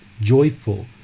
joyful